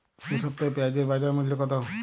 এ সপ্তাহে পেঁয়াজের বাজার মূল্য কত?